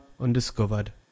Undiscovered